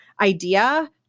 idea